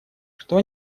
что